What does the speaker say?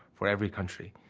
for every country.